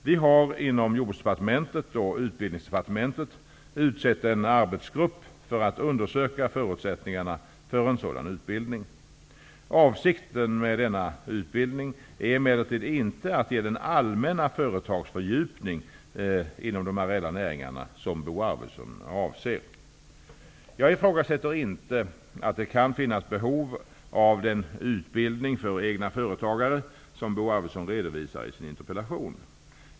Vi har inom Utbildningsdepartementet utsett en arbetsgrupp för att undersöka förutsättningarna för en sådan utbildning. Avsikten med denna utbildning är emellertid inte att ge den allmänna företagsfördjupning inom de areella näringarna som Bo Arvidson avser. Jag ifrågasätter inte att det kan finnas ett behov av den utbildning för egna företagare som Bo Arvidson redovisar i sin interpellation.